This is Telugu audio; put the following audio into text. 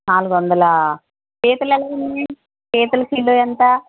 నాలుగు వందల పీతలు పీతలు కిలో ఎంత